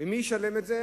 ומי ישלם את זה?